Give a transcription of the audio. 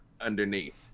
underneath